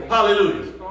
Hallelujah